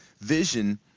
Vision